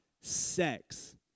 sex